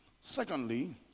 Secondly